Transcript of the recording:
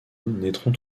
naîtront